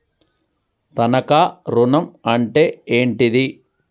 తనఖా ఋణం అంటే ఏంటిది?